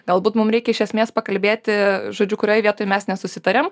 galbūt mum reikia iš esmės pakalbėti žodžiu kurioj vietoj mes nesusitariam